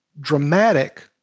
dramatic